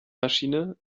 maschine